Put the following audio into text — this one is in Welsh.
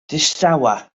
distawa